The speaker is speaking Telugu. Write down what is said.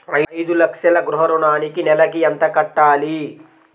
ఐదు లక్షల గృహ ఋణానికి నెలకి ఎంత కట్టాలి?